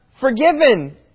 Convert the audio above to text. forgiven